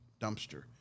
dumpster